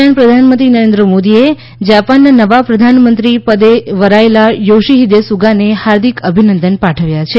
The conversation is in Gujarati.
દરમિયાન પ્રધાનમંત્રી નરેન્દ્ર મોદીએ જાપાનના નવા પ્રધાનમંત્રી પદે વરાયેલા યોશીફીદે સુગાને ફાર્દિક અભિનંદન પાઠવ્યા છે